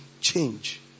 change